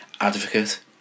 advocate